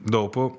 dopo